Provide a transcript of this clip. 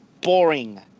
boring